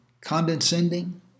condescending